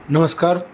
નમસ્કાર